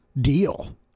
deal